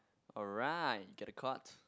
alright get the court